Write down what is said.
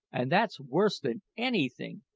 and that's worse than anything!